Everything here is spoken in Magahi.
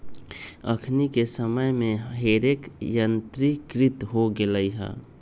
अखनि के समय में हे रेक यंत्रीकृत हो गेल हइ